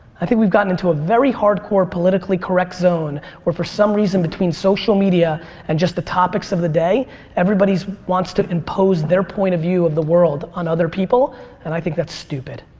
i think we've gotten into a very hard-core politically correct zone where for some reason between social media and just the topics of the day everybody wants to impose their point of view of the world on other people and i think that's stupid.